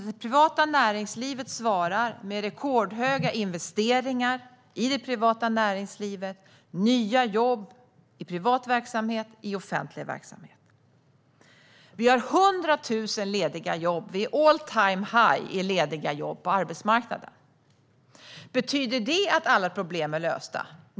Det privata näringslivet svarar med rekordstora investeringar i det privata näringslivet och nya jobb i både privat och offentlig verksamhet. Vi har 100 000 lediga jobb på arbetsmarknaden, vilket är all-time-high. Betyder det att alla problem är lösta?